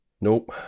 Nope